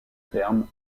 terme